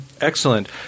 Excellent